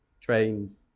trains